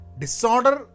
disorder